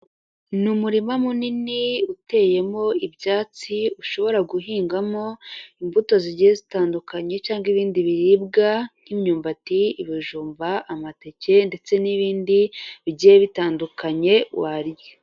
Ni umurima munini uteyemo ibyatsi, ushobora guhingamo imbuto zigiye zitandukanye cyangwa ibindi biribwa nk'imyumbati, ibijumba, amateke ndetse n'ibindi bigiye bitandukanye warya.